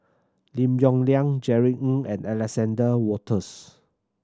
Lim Yong Liang Jerry Ng and Alexander Wolters